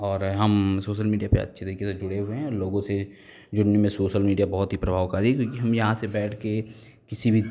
और हम social media पे अच्छे तरीके से जुड़े हुए हैं और लोगों से जिनमें सोसल मीडिया बहुत ही प्रभावकारी है क्योंकि हम यहाँ से बैठ के किसी भी